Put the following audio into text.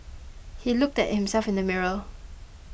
he looked at himself in the mirror